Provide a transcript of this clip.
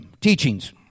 teachings